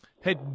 hey